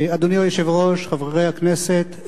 רבה לחבר הכנסת לוין,